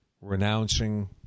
renouncing